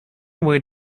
away